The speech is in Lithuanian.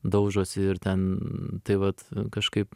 daužosi ir ten tai vat kažkaip